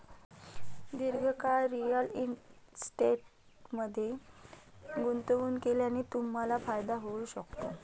दीर्घकाळ रिअल इस्टेटमध्ये गुंतवणूक केल्याने तुम्हाला फायदा होऊ शकतो